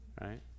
right